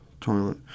toilet